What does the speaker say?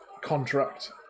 contract